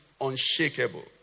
unshakable